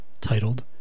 titled